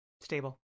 Stable